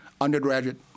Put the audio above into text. undergraduate